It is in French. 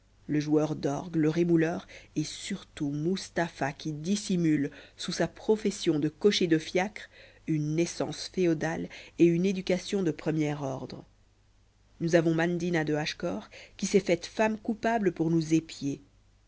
le joueur d'orgues le rémouleur et surtout mustapha qui dissimule sous sa profession de cocher de fiacre une naissance féodale et une éducation de premier ordre nous avons mandina de hachecor qui s'est faite femme coupable pour nous épier